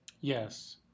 Yes